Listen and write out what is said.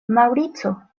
maŭrico